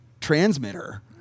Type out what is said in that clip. transmitter